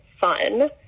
fun